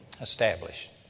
established